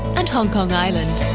and hong kong island.